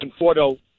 Conforto